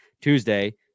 Tuesday